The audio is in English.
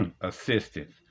assistance